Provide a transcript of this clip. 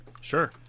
sure